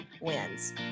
wins